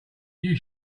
you